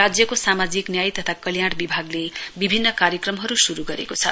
राज्यको सामाजिक न्याय तथा कल्याण बिभागले विभिन्न कार्यक्रमहरू श्रू गरेको छ